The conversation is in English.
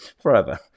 forever